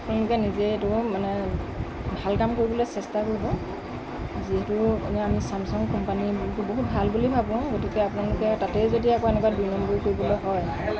আপোনালোকে নিজে এইটো মানে ভাল কাম কৰিবলৈ চেষ্টা কৰিব যিহেতু মানে আমি ছেমছাং কোম্পানী বহুত ভাল বুলি ভাবোঁ গতিকে আপোনালোকে তাতে যদি আকৌ এনেকুৱা দুই নম্বৰী কৰিবলৈ হয়